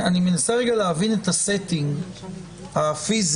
אני מנסה להבין את הסטינג הפיזי.